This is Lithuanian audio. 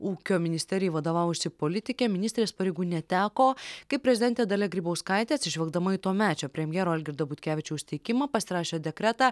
ūkio ministerijai vadovavusi politikė ministrės pareigų neteko kaip prezidentė dalia grybauskaitė atsižvelgdama į tuomečio premjero algirdo butkevičiaus teikimą pasirašė dekretą